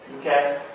okay